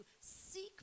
seek